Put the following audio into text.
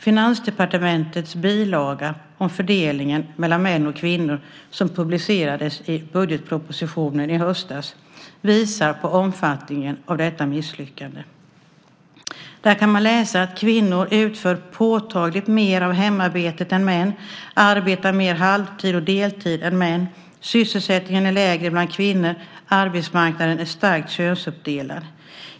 Finansdepartementets bilaga om fördelningen mellan män och kvinnor som publicerades i budgetpropositionen i höstas visar på omfattningen av detta misslyckande. Där kan man läsa att kvinnor utför påtagligt mer av hemarbetet än män och arbetar mer halvtid och deltid än män. Sysselsättningen är lägre bland kvinnor. Arbetsmarknaden är starkt könsuppdelad.